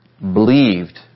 believed